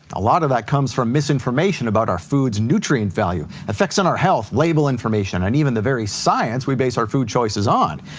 a lot of that comes from misinformation about our food's nutrient value, effects on our health, label information, and even the very science we base our food choices on.